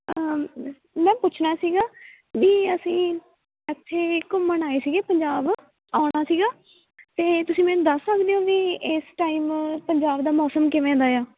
ਮੈਂ ਪੁੱਛਣਾ ਸੀਗਾ ਵੀ ਅਸੀਂ ਇੱਥੇ ਘੁੰਮਣ ਆਏ ਸੀਗੇ ਪੰਜਾਬ ਆਉਣਾ ਸੀਗਾ ਅਤੇ ਤੁਸੀਂ ਮੈਨੂੰ ਦੱਸ ਸਕਦੇ ਓਂ ਵੀ ਇਸ ਟਾਈਮ ਪੰਜਾਬ ਦਾ ਮੌਸਮ ਕਿਵੇਂ ਦਾ ਆ